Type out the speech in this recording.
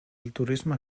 turisme